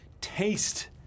taste